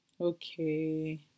Okay